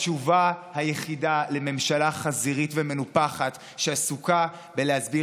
התשובה היחידה לממשלה חזירית ומנופחת שעסוקה בלהסביר